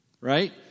Right